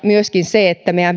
myöskin meidän